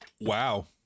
Wow